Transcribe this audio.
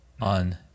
on